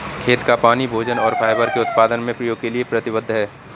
खेत का पानी भोजन और फाइबर के उत्पादन में उपयोग के लिए प्रतिबद्ध पानी है